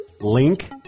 link